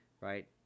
right